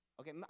Okay